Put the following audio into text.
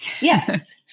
Yes